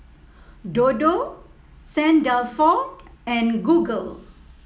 Dodo Saint Dalfour and Google